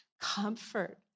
Comfort